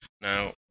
Now